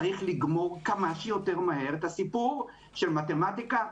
צריך לגמור כמה שיותר מהר את הסיפור של מתמטיקה,